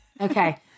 okay